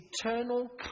eternal